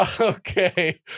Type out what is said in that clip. Okay